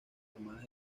armadas